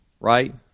right